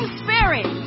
spirit